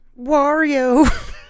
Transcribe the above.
Wario